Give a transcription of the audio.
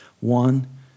One